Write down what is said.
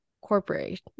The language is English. corporate